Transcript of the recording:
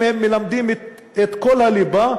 אם הם מלמדים את כל לימודי הליבה,